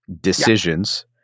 decisions